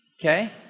Okay